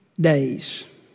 days